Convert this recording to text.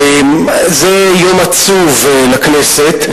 זה יום עצוב לכנסת,